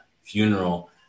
funeral